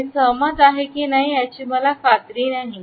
मी सहमत आहे की नाही याची मला खात्री नाही"